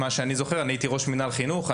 ממה שאני זוכר מעיסוקי כראש מנהל חינוך.